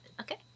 Okay